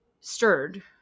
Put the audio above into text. Stirred